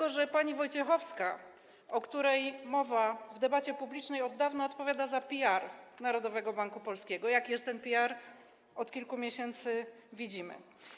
Otóż pani Wojciechowska, o której mowa w debacie publicznej, od dawna odpowiada za PR Narodowego Banku Polskiego, a jaki jest ten PR, od kilku miesięcy widzimy.